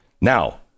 Now